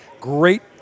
great